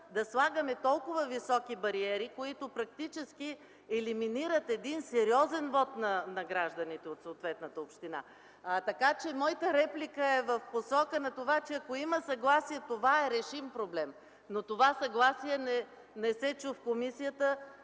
да слагаме толкова високи бариери, които практически елиминират един сериозен вот на гражданите от съответната община. Моята реплика е в посока на това, че ако има съгласие, това е решим проблем. Но това съгласие не се чу в комисията.